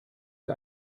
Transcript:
wie